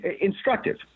instructive